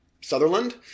Sutherland